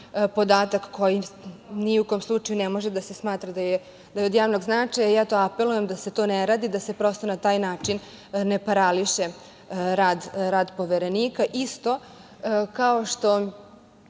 podatak koji ni u kom slučaju ne može da se smatra da je od javnog značaja. Apelujem da se to ne radi, da se prosto na taj način ne parališe rad Poverenika. Isto kao što